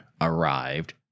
arrived